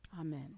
Amen